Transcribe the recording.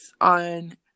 on